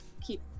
keep